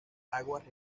aguas